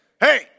Hey